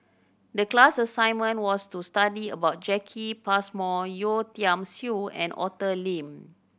the class assignment was to study about Jacki Passmore Yeo Tiam Siew and Arthur Lim